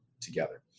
together